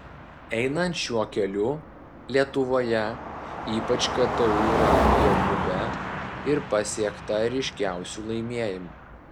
einant šiuo keliu lietuvoje ypač ktu radijo klube ir pasiekta ryškiausių laimėjimų